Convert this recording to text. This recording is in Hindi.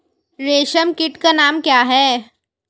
रेशम कीट का नाम क्या है?